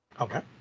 Okay